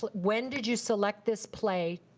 but when did you select this play?